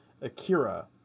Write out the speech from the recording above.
Akira